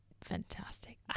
fantastic